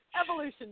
evolution